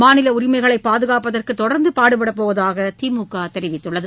மாநில உரிமைகளை பாதுகாப்பதற்கு தொடர்ந்து பாடுபடப் போவதாக திமுக தெரிவித்துள்ளது